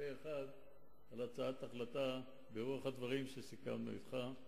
אחד על הצעת החלטה ברוח הדברים שסיכמנו אתך.